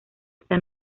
esta